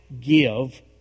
give